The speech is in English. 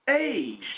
age